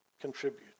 contribute